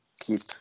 keep